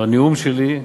בנאום שלי,